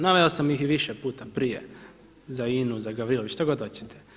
Naveo sam ih i više puta prije za INA-u, za Gavrilović, što god hoćete.